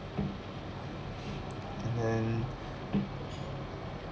and then